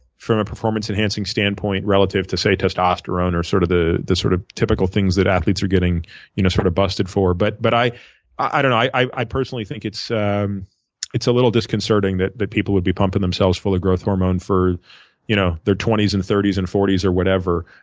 from a performance enhancing standpoint relative to say testosterone or sort of the the sort of typical things that athletes are getting you know sort of busted for. but but i i personally think it's um it's a little disconcerting that that people would be pumping themselves full of growth hormone for you know their twenty s and thirty s and forty s or whatever